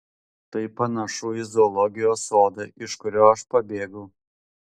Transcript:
tai panašu į zoologijos sodą iš kurio aš pabėgau